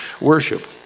worship